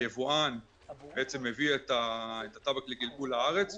היבואן מביא את הטבק לגלגול לארץ,